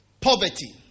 Poverty